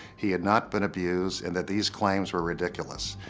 he had not been abused and that these claims were ridiculous.